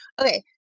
Okay